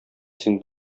син